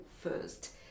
first